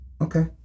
Okay